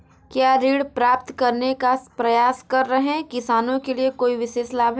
क्या ऋण प्राप्त करने का प्रयास कर रहे किसानों के लिए कोई विशेष लाभ हैं?